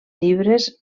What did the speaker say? llibres